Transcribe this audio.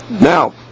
Now